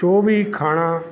ਜੋ ਵੀ ਖਾਣਾ